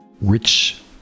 rich